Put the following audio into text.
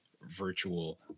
virtual